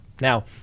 now